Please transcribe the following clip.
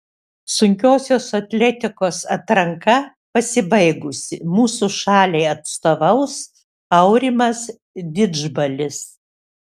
sunkiosios atletikos atranka pasibaigusi mūsų šaliai atstovaus aurimas didžbalis